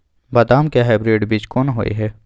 बदाम के हाइब्रिड बीज कोन होय है?